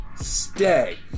stay